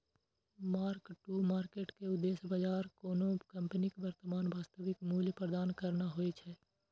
mark to market के उद्देश्य बाजार कोनो कंपनीक वर्तमान वास्तविक मूल्य प्रदान करना होइ छै